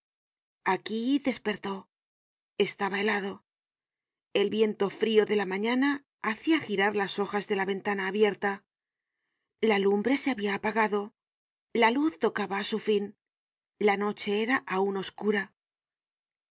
aquí despertó estaba helado el viento frio de la mañana hacia girar las hojas de la ventana abierta la lumbre se habia apagado la luz tocaba á su fin la noche era aun oscura